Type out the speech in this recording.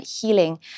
healing